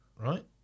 right